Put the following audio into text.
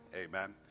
Amen